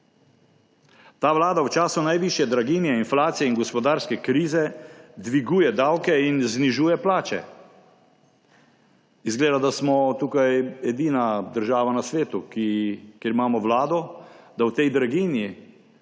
Ta vlada v času najvišje draginje, inflacije in gospodarske krize dviguje davke in znižuje plače. Izgleda, da smo edina država na svetu, ki ima vlado, ki v tej draginji